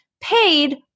paid